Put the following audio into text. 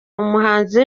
umuhanzi